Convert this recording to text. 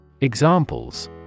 Examples